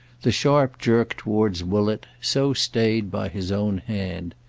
the sharp jerk towards woollett, so stayed by his own hand.